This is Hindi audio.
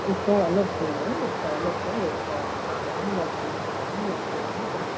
उसका अलग से है उसका अलग से है उसको आप जमा करेंगे लाइब्रेरी में जाएँगे लाइब्रेरी में क्या लेंगे